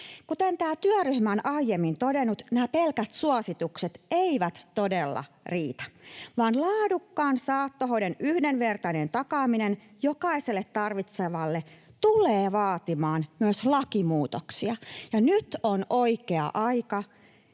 Kuten tämä työryhmä on aiemmin todennut, nämä pelkät suositukset eivät todella riitä, vaan laadukkaan saattohoidon yhdenvertainen takaaminen jokaiselle tarvitsevalle tulee vaatimaan myös lakimuutoksia. Nyt on oikea aika